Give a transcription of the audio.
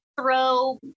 throw